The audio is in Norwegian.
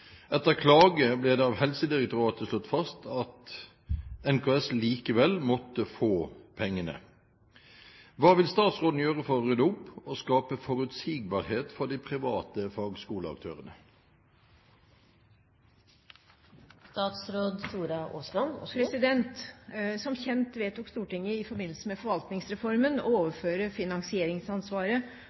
Etter klage ble det av Helsedirektoratet slått fast at NKS likevel måtte få pengene. Hva vil statsråden gjøre for å rydde opp og skape forutsigbarhet for de private fagskoleaktørene?» Som kjent vedtok Stortinget i forbindelse med forvaltningsreformen å overføre finansieringsansvaret